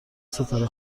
ستاره